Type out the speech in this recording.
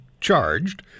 charged